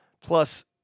plus